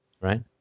Right